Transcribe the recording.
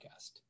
Podcast